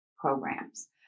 programs